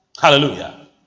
Hallelujah